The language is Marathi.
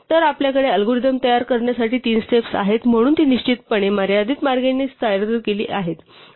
तर आपल्याकडे अल्गोरिदम तयार करण्यासाठी तीन स्टेप्स आहेत म्हणून ती निश्चितपणे मर्यादित मार्गाने सादर केली गेली